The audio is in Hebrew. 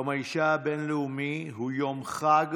יום האישה הבין-לאומי הוא יום חג,